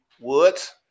Woods